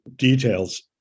Details